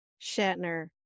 shatner